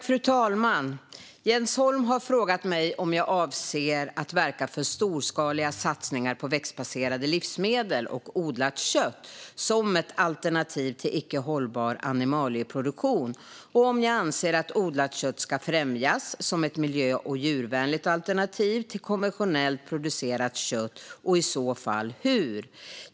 Fru talman! Jens Holm har frågat mig om jag avser att verka för storskaliga satsningar på växtbaserade livsmedel och odlat kött som ett alternativ till icke hållbar animalieproduktion samt om jag anser att odlat kött ska främjas som ett miljö och djurvänligt alternativ till konventionellt producerat kött och i så fall hur.